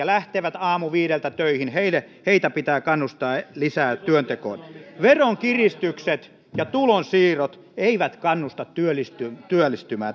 lähtevät aamuviideltä töihin heitä pitää kannustaa lisää työntekoon veronkiristykset ja tulonsiirrot eivät kannusta työllistymään työllistymään